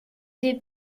des